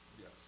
Yes